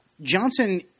Johnson